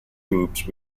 groups